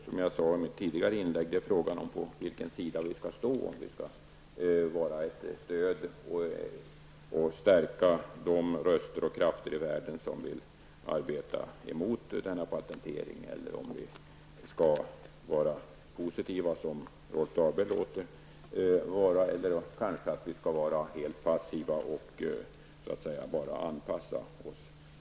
Som jag sade i mitt tidigare inlägg är det fråga om på vilken sidan vi skall stå, om vi skall vara ett stöd och stärka de röster och krafter i världen som vill arbeta emot denna patentering, om vi skall vara positiva, som Rolf Dahlberg ansåg, eller om vi kanske skall vara helt passiva och bara anpassa oss.